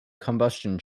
combustion